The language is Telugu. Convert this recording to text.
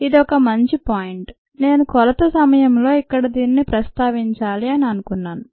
ఇది ఒక మంచి పాయింట్ నేను కొలత సమయంలో ఇక్కడ దీనిని ప్రస్తావించాలి అని అనుకున్నాను